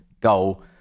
goal